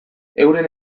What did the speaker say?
euren